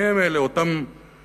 מי הם אלה אותם מושתנים,